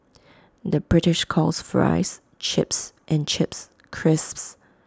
the British calls Fries Chips and Chips Crisps